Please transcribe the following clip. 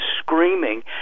screaming